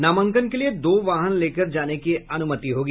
नामांकन के लिए दो वाहन लेकर जाने की अनुमति होगी